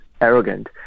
arrogant